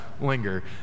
linger